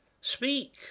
Speak